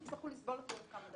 תצטרכו לסבול עוד כמה דקות.